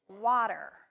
water